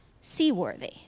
seaworthy